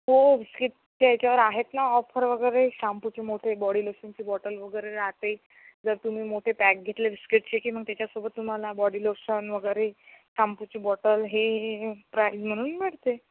हो भिस्कीट त्याच्यावर आहेत ना ऑफर वगैरे शाम्पूचे मोठे बॉडी लोशनचे बॉटल वगैरे राहते जर तुम्ही मोठे पॅक घेतले बिस्किटचे की मग त्याच्यासोबत तुम्हाला बॉडी लोशन वगैरे शाम्पूची बॉटल हे प्राईज म्हणून मिळते